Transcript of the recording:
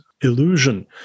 illusion